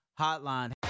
Hotline